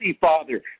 Father